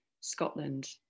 Scotland